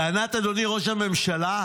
טענת, אדוני ראש הממשלה,